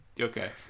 Okay